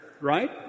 Right